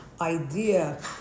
idea